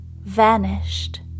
vanished